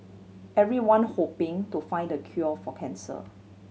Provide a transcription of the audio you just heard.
everyone hoping to find the cure for cancer